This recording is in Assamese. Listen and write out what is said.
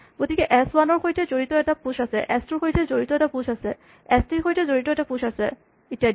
গতিকে এচ ৱান ৰ সৈতে জড়িত এটা প্যুচ আছে এচ টু ৰ সৈতে জড়িত এটা প্যুচ আছে এচ থ্ৰী ৰ সৈতে জড়িত এটা প্যুচ আছে আদি